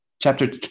Chapter